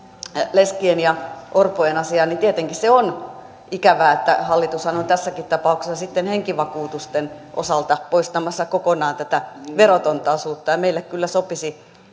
leskien ja orpojen asiaan niin tietenkin on ikävää että hallitushan on tässäkin tapauksessa henkivakuutusten osalta poistamassa kokonaan tätä verotonta osuutta ja meille kyllä sopisi